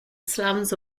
slums